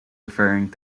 referring